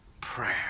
prayer